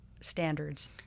standards